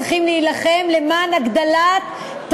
צריכים להילחם למען הגדלת סעיף התרבות,